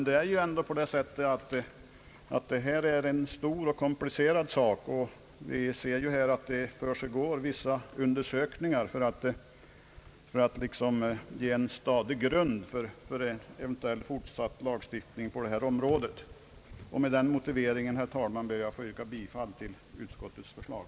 Det gäller emellertid här en stor och komplicerad fråga, och vi vet att det pågår vissa undersökningar för att ge grundval för en eventuell fortsatt lagstiftning på området. Med den motiveringen, herr talman, ber jag att få yrka bifall till utskottets förslag.